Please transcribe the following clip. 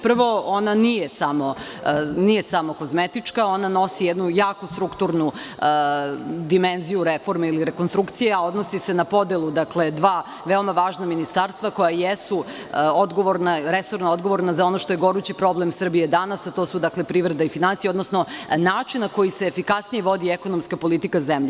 Prvo, ona nije samo kozmetička, ona nosi jednu jaku strukturnu dimenziju reforme ili rekonstrukcije, a odnosi se na podeli dva veoma važna ministarstva koja jesu resorno odgovorna za ono što je gorući problem Srbije danas, a to su privreda i finansije, odnosno način na koji se efikasnije vodi ekonomska politika zemlje.